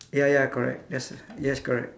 ya ya correct yes yes correct